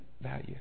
value